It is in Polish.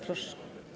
Proszę.